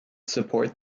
support